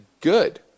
good